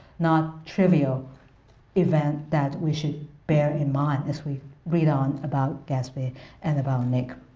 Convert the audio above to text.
not trivial event that we should bear in mind as we read on about gatsby and about nick.